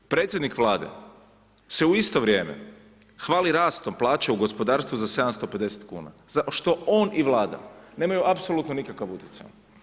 Predsjednik Vlade se u isto vrijeme hvali rastom plaća u gospodarstvu za 750 kuna za što on i Vlada nemaju apsolutno nikakav utjecaj.